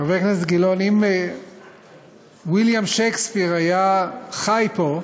חבר הכנסת גילאון, אם ויליאם שייקספיר היה חי פה,